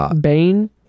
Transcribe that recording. Bane